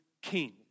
king